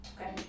Okay